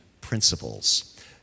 principles